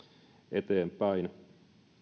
eteenpäin